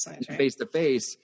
face-to-face –